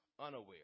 unaware